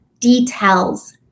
Details